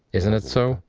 isn't that so?